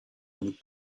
with